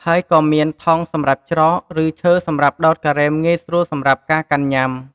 ហើយក៏មាន ថង់សម្រាប់ច្រក ឬឈើសម្រាប់ដោតការ៉េមងាយស្រួលសម្រាប់ការកាន់ញុាំ។